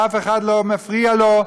ואף אחד לא מפריע לו,